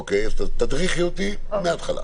אוקיי, אז תדריכי אותי מהתחלה.